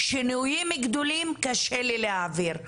שינויים גדולים קשה לי להעביר.